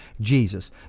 Jesus